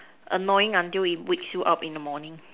annoying until it wakes you up in the morning